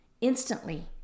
instantly